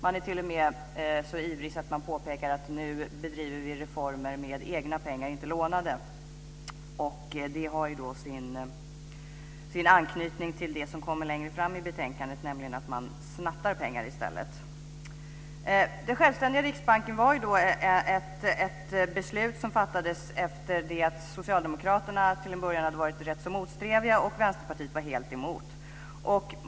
Man är t.o.m. så ivrig att man påpekar att nu bedriver vi reformer med egna pengar, inte lånade. Det har ju sin anknytning till det som kommer längre fram i betänkandet, nämligen att man snattar pengar i stället. Detta med en självständig riksbank var ett beslut som fattades efter att Socialdemokraterna till en början hade varit rätt motsträviga, och Vänsterpartiet var helt emot.